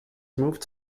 moved